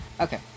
Okay